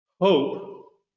hope